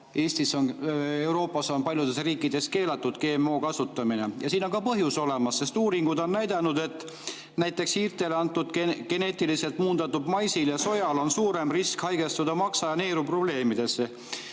edasi, kuna Euroopas on paljudes riikides keelatud GMO-de kasutamine. Ja siin on ka põhjus olemas, sest uuringud on näidanud, et näiteks hiirtele antud geneetiliselt muundatud maisi ja soja puhul on suurem risk haigestuda maksa- ja neeru[haigustesse].